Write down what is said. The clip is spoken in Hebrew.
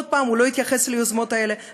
עוד פעם הוא לא התייחס ליוזמות האלה,